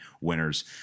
winners